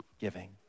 giving